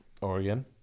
Oregon